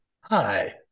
Hi